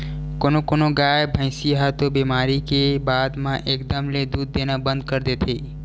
कोनो कोनो गाय, भइसी ह तो बेमारी के बाद म एकदम ले दूद देना बंद कर देथे